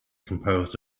composed